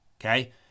okay